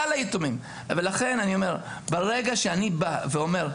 ברגע שאני בא ואומר,